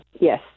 Yes